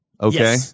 Okay